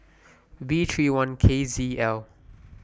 V thirty one K Z L